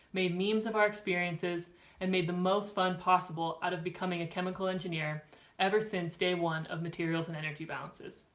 made memes of our experiences and made the most fun possible out of becoming a chemical engineer ever since day one of materials and energy balances.